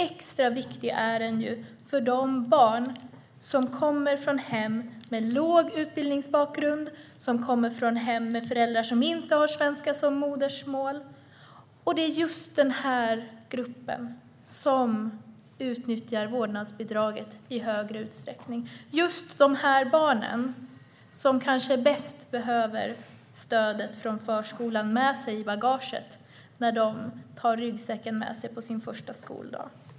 Extra viktig är den för barn som kommer från hem med låg utbildningsbakgrund och för barn som kommer från hem med föräldrar som inte har svenska som modersmål. Det är just den här gruppen som utnyttjar vårdnadsbidraget i högre utsträckning. Det är just de här barnen som kanske bäst behöver ha stödet från förskolan i bagaget när de tar ryggsäcken med sig till sin första skoldag.